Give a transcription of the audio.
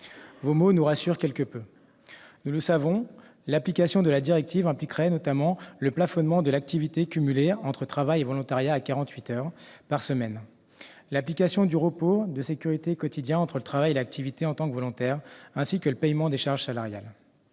Vos mots nous rassurent quelque peu. Nous le savons, l'application de la directive impliquerait, notamment, le plafonnement de l'activité cumulée entre travail et volontariat à quarante-huit heures par semaine, l'application du repos de sécurité quotidien entre le travail et l'activité en tant que volontaire, ainsi que le paiement des charges salariales.